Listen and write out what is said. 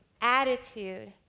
attitude